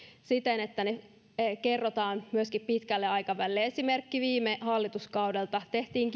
siten että ne kerrotaan myöskin pitkälle aikavälille esimerkki viime hallituskaudelta tehtiin